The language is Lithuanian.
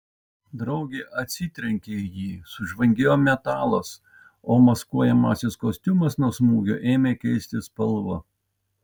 draugė atsitrenkė į jį sužvangėjo metalas o maskuojamasis kostiumas nuo smūgio ėmė keisti spalvą